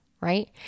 right